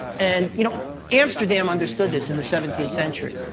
and you know amsterdam understood this in the seventeenth century.